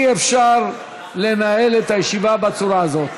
אי-אפשר לנהל את הישיבה בצורה הזאת.